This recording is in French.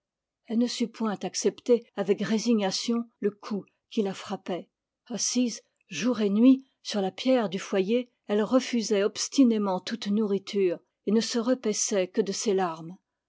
elle ne sut point accepter avec résignation le coup qui la frappait assise jour et nuit sur la pierre du foyer elle refusait obstinément toute nourriture et ne se repaissait que de ses larmes